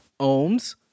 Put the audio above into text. Ohms